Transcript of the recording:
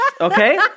Okay